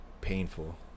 painful